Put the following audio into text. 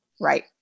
Right